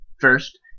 First